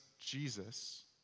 Jesus